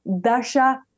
Dasha